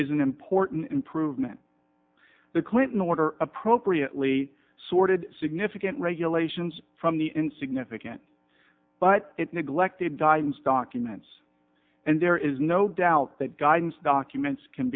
an important improvement the clinton order appropriately sorted significant regulations from the insignificant but it neglected guidance documents and there is no doubt that guidance documents can